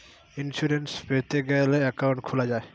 insurance পেতে গ্যালে account খুলা যায়